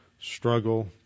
struggle